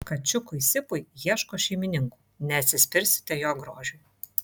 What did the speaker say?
kačiukui sipui ieško šeimininkų neatsispirsite jo grožiui